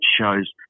shows